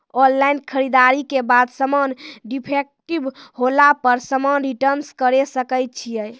Online खरीददारी के बाद समान डिफेक्टिव होला पर समान रिटर्न्स करे सकय छियै?